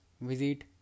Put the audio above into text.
visit